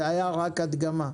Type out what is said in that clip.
זו הייתה רק הדגמה.